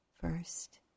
first